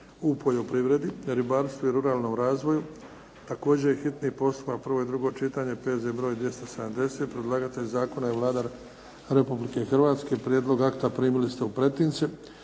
u poljoprivredi, ribarstvu i ruralnom razvoju, hitni postupak, prvo i drugo čitanje, P.Z. br. 270 Predlagatelj zakona je Vlada Republike Hrvatske. Prijedlog akta primili ste u pretince.